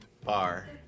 bar